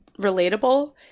relatable